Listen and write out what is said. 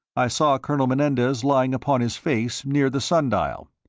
i saw colonel menendez lying upon his face near the sun-dial.